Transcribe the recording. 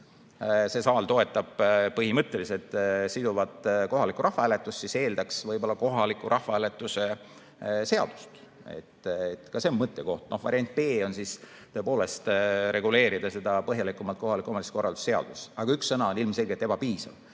see saal toetab põhimõtteliselt siduvat kohalikku rahvahääletust, siis eeldaks see võib-olla kohaliku rahvahääletuse seadust. Ka see on mõttekoht. Variant B on tõepoolest reguleerida põhjalikumalt kohaliku omavalitsuse korralduse seadust. Aga üks sõna on ilmselgelt ebapiisav.